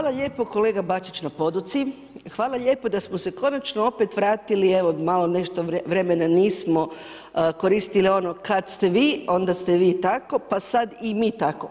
Hvala lijepo kolega Bačić na poduci, hvala lijepo da smo se konačno opet vratili evo malo nešto vremena nismo koristili ono kad ste vi, onda ste vi tako pa sad i mi tako.